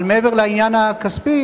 אבל מעבר לעניין הכספי,